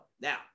Now